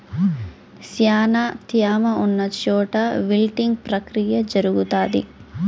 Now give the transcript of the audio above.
శ్యానా త్యామ ఉన్న చోట విల్టింగ్ ప్రక్రియ జరుగుతాది